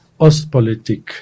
Ostpolitik